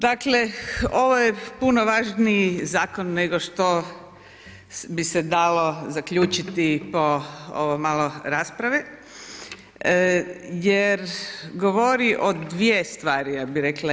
Dakle ovo je puno važniji zakon nego što bi se dalo zaključiti po ovo malo rasprave jer govori o dvije stvari, ja bih rekla.